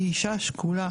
שהיא אישה שכולה,